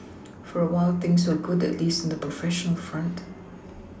for a while things were good at least in the professional front